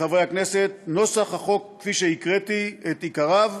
חברי הכנסת, נוסח החוק כפי שהקראתי את עיקריו